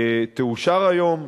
תאושר היום,